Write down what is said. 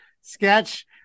sketch